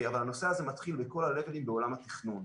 אבל הנושא הזה מתחיל בכל הלבלים בעולם התכנון.